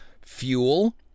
fuel